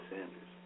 Sanders